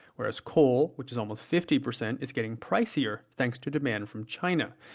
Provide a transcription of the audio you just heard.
whereas coal, which is almost fifty percent, is getting pricier, thanks to demand from china.